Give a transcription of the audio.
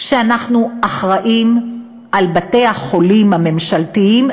שאנחנו אחראים לבתי-החולים הממשלתיים,